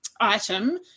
item